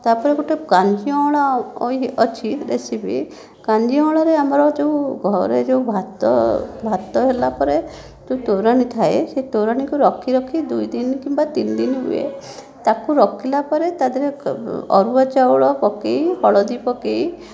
ତା'ପରେ ଗୋଟିଏ କାଞ୍ଜିଅଁଳା ଅଛି ରେସିପି କାଞ୍ଜିଅଁଳାରେ ଆମର ଯେଉଁ ଘରେ ଯେଉଁ ଭାତ ଭାତ ହେଲା ପରେ ଯେଉଁ ତୋରାଣି ଥାଏ ସେ ତୋରାଣିକୁ ରଖି ରଖି ଦୁଇ ଦିନ କିମ୍ବା ତିନି ଦିନ ହୁଏ ତାକୁ ରଖିଲା ପରେ ତା' ଦେହରେ ଅରୁଆ ଚାଉଳ ପକାଇ ହଳଦୀ ପକାଇ